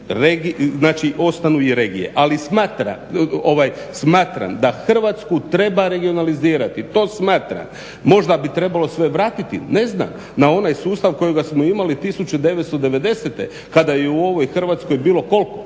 označi ostanu i regiju ali smatram da Hrvatsku treba regionalizirati. To smatram. Možda bi trebalo sve vratiti, ne znam na onaj sustav kojega smo imali 1990.kada je u ovoj Hrvatskoj bilo koliko